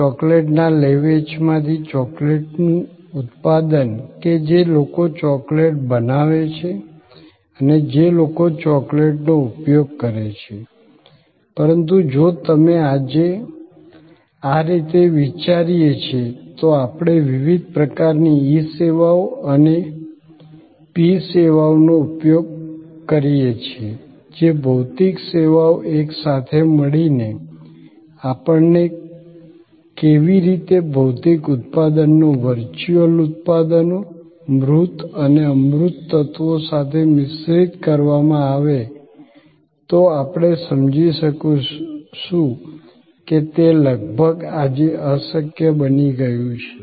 ચોકલેટના લે વેચમાંથી ચોકલેટનું ઉત્પાદન કે જે લોકો ચોકલેટ બનાવે છે અને જે લોકો ચોકલેટનો ઉપયોગ કરે છે પરંતુ જો તમે આજે આ રીતે વિચારીએ તો આપણે વિવિધ પ્રકારની ઈ સેવાઓ અને પી સેવાઓનો ઉપયોગ કરીએ છીએ જે ભૌતિક સેવાઓ એકસાથે મળીને આપણે કેવી રીતે ભૌતિક ઉત્પાદનોને વર્ચ્યુઅલ ઉત્પાદનો મૂર્ત અને અમૂર્ત તત્વો સાથે મિશ્રિત કરવામાં આવે તો આપણે સમજી શકીશું કે તે લગભગ આજે અશક્ય બની ગયું છે